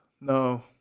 No